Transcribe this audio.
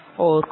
ഓർക്കുക